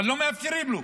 אבל לא מאפשרים לו,